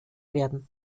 werden